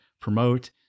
promote